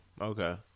Okay